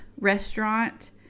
restaurant